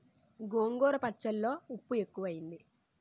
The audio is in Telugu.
గోంగూర పచ్చళ్ళో ఉప్పు ఎక్కువైంది